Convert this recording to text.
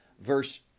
Verse